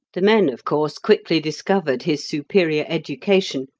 the men, of course, quickly discovered his superior education,